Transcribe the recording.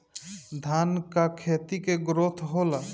धान का खेती के ग्रोथ होला?